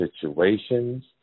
situations